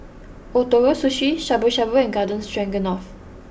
Ootoro Sushi Shabu Shabu and Garden Stroganoff